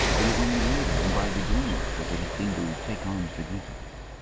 it was only later and by degrees that they had seemed to take on significance.